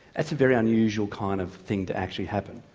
that's a very unusual kind of thing to actually happen.